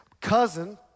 cousin